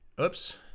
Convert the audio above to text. oops